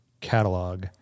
catalog